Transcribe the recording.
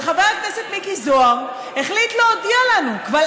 וחבר הכנסת מיקי זוהר החליט להודיע לנו קבל